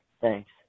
Thanks